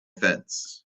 fence